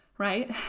Right